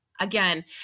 again